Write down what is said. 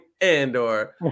Andor